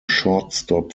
shortstop